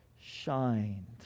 shined